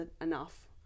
enough